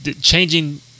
changing